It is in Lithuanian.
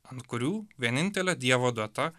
ant kurių vienintelė dievo duota